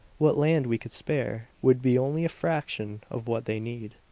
what land we could spare would be only a fraction of what they need.